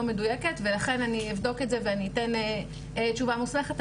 מדויקת ולכן אני אבדוק את זה ואני אתן תשובה מוסמכת,